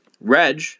Reg